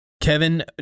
Kevin